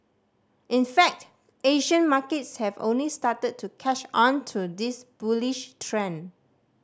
in fact Asian markets have only started to catch on to this bullish trend